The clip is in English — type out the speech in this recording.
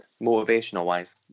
motivational-wise